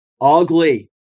ugly